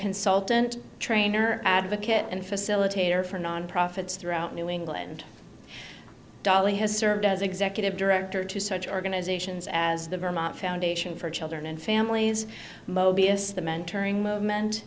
consultant trainer advocate and facilitator for nonprofits throughout new england dolly has served as executive director to such organizations as the vermont foundation for children and families mobius the mentoring movement